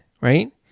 right